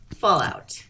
Fallout